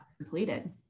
completed